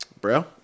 bro